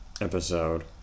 episode